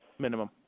minimum